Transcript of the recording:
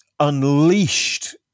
unleashed